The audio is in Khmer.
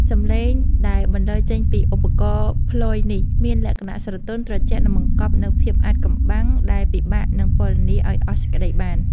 សម្លេងដែលបន្លឺចេញពីឧបករណ៍ផ្លយនេះ មានលក្ខណៈស្រទន់ ត្រជាក់ និងបង្កប់នូវភាពអាថ៌កំបាំងដែលពិបាកនឹងពណ៌នាឲ្យអស់សេចក្ដីបាន។